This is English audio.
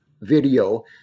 video